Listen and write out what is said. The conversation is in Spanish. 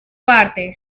partes